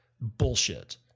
bullshit